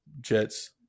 Jets